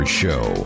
show